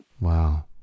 Wow